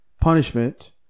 punishment